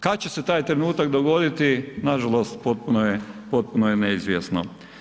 Kad će se taj trenutak dogoditi, nažalost potpuno je neizvjesno.